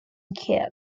kiev